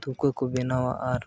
ᱛᱩᱠᱟᱹᱠᱚ ᱵᱮᱱᱟᱣᱟ ᱟᱨ